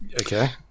okay